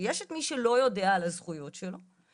שיש את מי שלא יודע על הזכויות שלו.